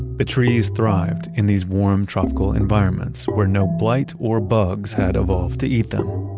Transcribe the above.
the trees thrived in these warm tropical environments where no blight or bugs had evolved to eat them.